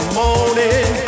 morning